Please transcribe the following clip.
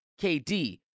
KD